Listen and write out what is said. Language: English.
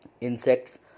Insects